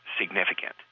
significant